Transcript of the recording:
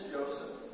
Joseph